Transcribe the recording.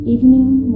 Evening